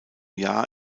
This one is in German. jahr